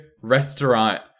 restaurant